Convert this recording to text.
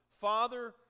Father